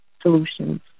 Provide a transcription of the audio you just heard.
solutions